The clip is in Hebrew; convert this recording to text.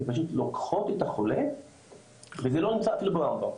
הן פשוט לוקחות את החולה וזה לא נמצא אפילו ברמב"ם,